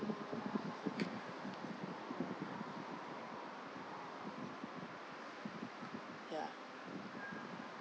ya